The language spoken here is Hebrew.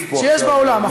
ציוני שיש בעולם.